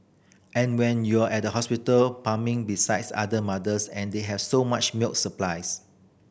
and when you're at the hospital pumping besides other mothers and they have so much milk supplies